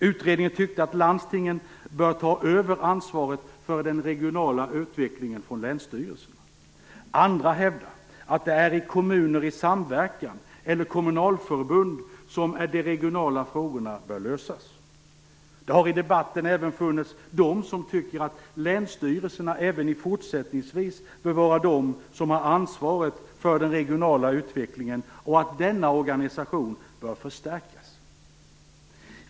Utredningen tyckte att landstingen bör ta över ansvaret för den regionala utvecklingen från länsstyrelserna. Andra hävdar att det är i kommuner i samverkan eller kommunalförbund som de regionala frågorna bör lösas. Det har även funnits de i debatten som tycker att länsstyrelserna även fortsättningsvis bör vara dem som har ansvaret för den regionala utvecklingen, och att denna organisation bör förstärkas.